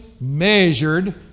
measured